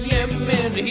Yemen